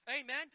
Amen